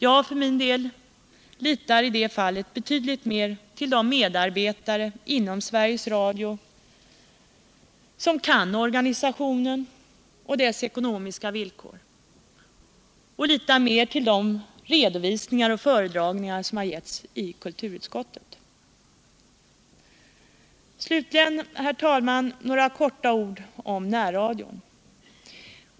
Jag för min del litar i det fallet betydligt mer på de medarbetare inom Sveriges Radio som kan organisationen och dess ekonomiska villkor, och jag litar mer på de redovisningar och föredragningar som getts i kulturutskottet. Slutligen, herr talman, vill jag kort beröra närradion.